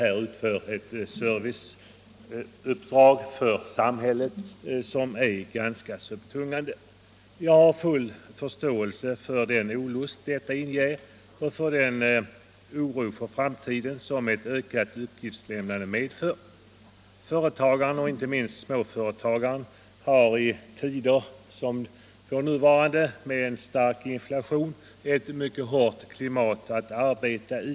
Företagen utför här åt samhället ett serviceuppdrag som är ganska så betungande. Jag har full förståelse för den olust detta inger och den oro för framtiden som ett ökat uppgiftslämnande medför. Företagaren, inte minst småföretagaren, har i tider med stark inflation ett mycket hårt klimat att arbeta i.